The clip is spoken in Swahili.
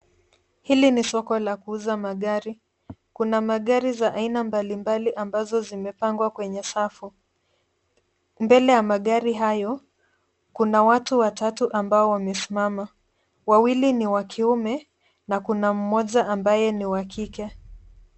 Hili ni soko la kuuza magari. Kuna magari za aina mbali mbali ambazo zimepangwa kwenye safu. Mbele ya magari hayo kuna watu watatu ambao wamesimama, wawili ni wa kiume, na kuna mmoja ambaye ni wa kike.